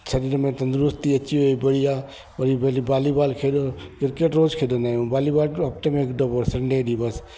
शरीर में तंदुरस्ती अची वई पई आहे वरी पहले बालीबॉल खेॾो किरकेट रोज खेॾंदा आहियूं बालीबॉल हफ्ते में हिक दफ़ो संडे ॾींहुं बसि